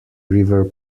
river